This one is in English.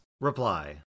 Reply